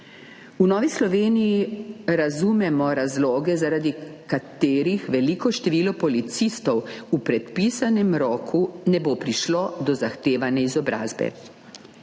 V Novi Sloveniji razumemo razloge, zaradi katerih veliko število policistov v predpisanem roku ne bo prišlo do zahtevane izobrazbe,